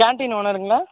canteen ஓனர்ங்களா